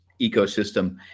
ecosystem